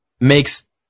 makes